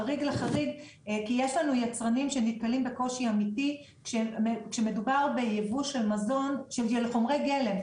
כי יש לנו יצרנים שנתקלים בקושי אמיתי כשמדובר בייבוא של חומרי גלם,